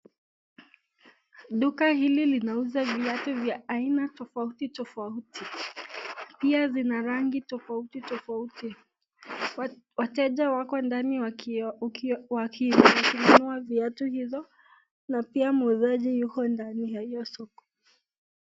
Duka hili linauza viatu ya aina tofauti tofauti pia zina rangi tofauti tofauti. Wateja wako ndani wakinunua viautu hizo na pia muuzaji yuko ndani ya hiyo soko.